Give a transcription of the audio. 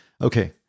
Okay